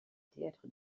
théâtre